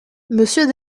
monsieur